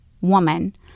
woman